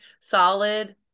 solid